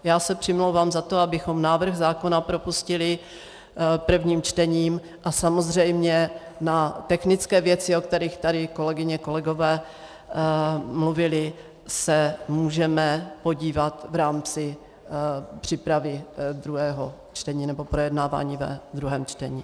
Já se přimlouvám za to, abychom návrh zákona propustili prvním čtením, a samozřejmě na technické věci, o kterých tady kolegyně, kolegové mluvili, se můžeme podívat v rámci přípravy a projednávání ve druhém čtení.